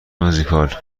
موزیکال